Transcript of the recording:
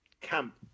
camp